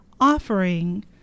offering